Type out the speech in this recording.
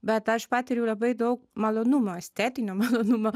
bet aš patiriu labai daug malonumo estetinio malonumo